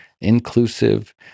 inclusive